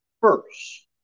first